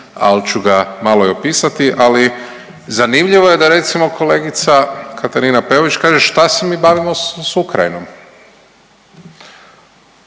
al ću ga malo i opisati, ali zanimljivo je da recimo kolegica Katarina Peović kaže šta se mi bavimo s Ukrajinom,